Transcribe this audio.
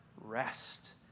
rest